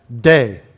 day